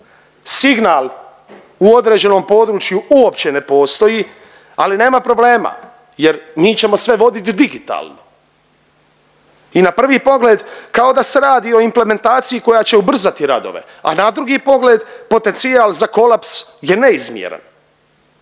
signal u određenom području uopće ne postoji. Ali nema problema jer mi ćemo sve vodit digitalno i na prvi pogled, kao da se radi o implantaciji koja će ubrzati radove, a na drugi pogled, potencijal za kolaps je neizmjeran